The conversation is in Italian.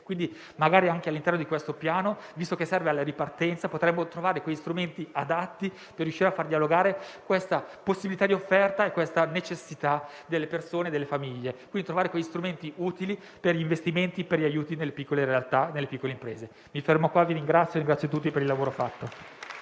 Quindi, magari anche all'interno di questo Piano, visto che serve alla ripartenza, potremmo trovare strumenti adatti per riuscire a far dialogare questa possibilità di offerta con le necessità di persone e famiglie; nonché trovare gli strumenti utili per investimenti e aiuti alle piccole realtà e alle piccole imprese. Concludo, ringraziando ancora tutti per il lavoro fatto.